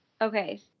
Okay